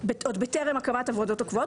עוד בטרם הקמת הוועדות הקבועות,